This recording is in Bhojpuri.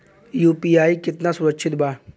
यू.पी.आई कितना सुरक्षित बा?